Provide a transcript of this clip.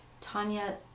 Tanya